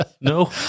No